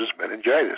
meningitis